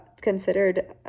considered